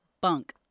bunk